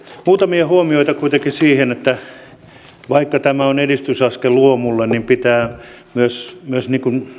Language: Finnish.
muutamia huomioita kuitenkin vaikka tämä on edistysaskel luomulle niin pitää myös myös